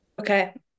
Okay